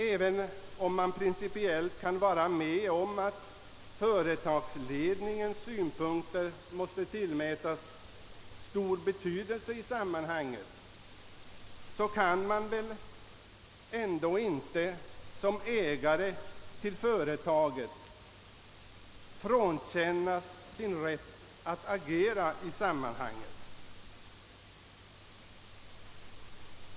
Även om man principiellt kan vara med om att företagsledningens synpunkter måste tillmätas stor betydelse i sammanhanget, kan väl inte ägaren till företaget frånkännas sin rätt att agera.